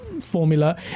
formula